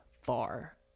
far